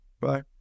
Bye